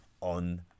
on